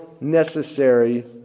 necessary